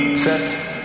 Set